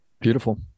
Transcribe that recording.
Beautiful